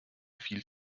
viel